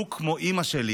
בדיוק כמו אימא שלי,